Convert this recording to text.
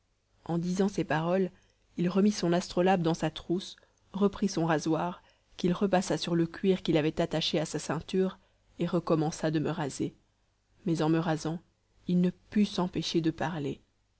en disant ces paroles il remit son astrolabe dans sa trousse reprit son rasoir qu'il repassa sur le cuir qu'il avait attaché à sa ceinture et recommença de me raser mais en me rasant il ne put s'empêcher de parler